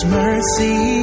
mercy